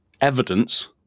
evidence